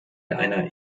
einer